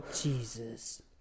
Jesus